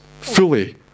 fully